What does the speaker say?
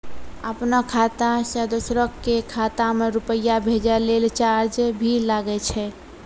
आपनों खाता सें दोसरो के खाता मे रुपैया भेजै लेल चार्ज भी लागै छै?